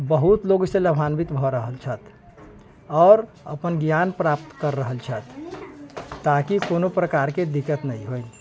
बहुत लोग अइसँ लाभान्वित भऽ रहल छथी आओर अपन ज्ञान प्राप्त कर रहल छथी ताकि कोनो प्रकारके दिक्कत नहि होइ